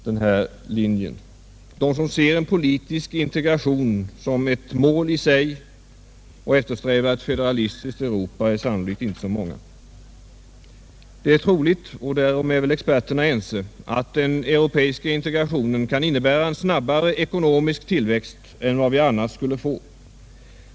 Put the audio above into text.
De som ser politisk integration som ett mål i sig och eftersträvar ett federalistiskt Europa är sannolikt inte så många. Det är troligt — därom är väl experterna ense — att den europeiska integrationen kan innebära en snabbare ekonomisk tillväxt än vad vi annars skulle få.